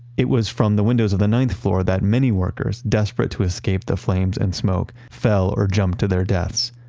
it was from the windows of the ninth floor that many workers desperate to escape the flames and smoke fell or jumped to their deaths.